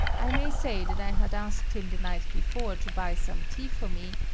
i may say that i had asked him the night before to buy some tea for me,